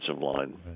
line